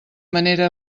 manera